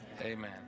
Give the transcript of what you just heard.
Amen